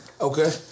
Okay